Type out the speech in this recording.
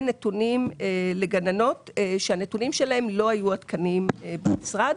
נתונים לגננות שהנתונים שלהן לא היו עדכניים במשרד.